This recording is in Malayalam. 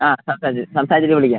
ആ സംസാരിച്ച് സംസാരിച്ചിട്ട് വിളിക്കാം